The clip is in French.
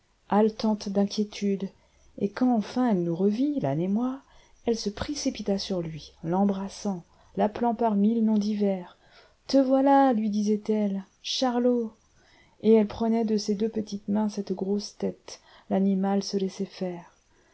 haletante d'inquiétude et quand enfin elle nous revit l'âne et moi elle se précipita sur lui l'embrassant l'appelant par mille noms divers te voilà lui disait-elle charlot et elle prenait de ses deux petites mains cette grosse tête l'animal se laissait faire